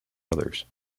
others